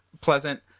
pleasant